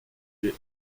j’ai